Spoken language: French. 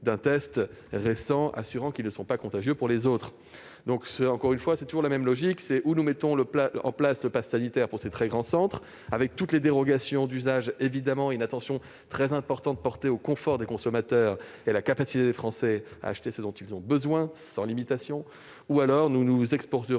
d'un test récent assurant qu'ils ne sont pas contagieux. C'est toujours la même logique : ou bien nous mettons en place le passe sanitaire pour ces très grands centres, avec toutes les dérogations d'usage et une attention très importante portée au confort des consommateurs et à la capacité des Français à acheter ce dont ils ont besoin sans limitation ; ou bien nous nous exposons